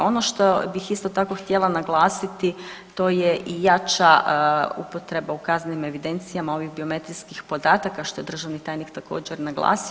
Ono što bih isto tako htjela naglasiti to je i jača upotreba u kaznenim evidencijama ovih biometrijskih podataka što je državni tajnik također naglasio.